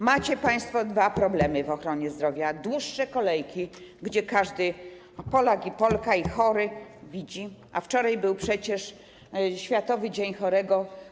Macie państwo dwa problemy w ochronie zdrowia: dłuższe kolejki, które każdy Polak i Polka, i chory widzą, a wczoraj był przecież Światowy Dzień Chorego.